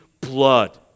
blood